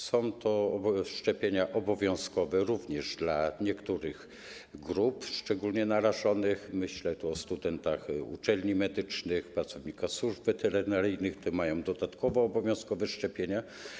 Są to szczepienia obowiązkowe również dla niektórych grup szczególnie narażonych - myślę o studentach uczelni medycznych, pracownikach służb weterynaryjnych, oni mają dodatkowo obowiązkowe szczepienia.